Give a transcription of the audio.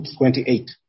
28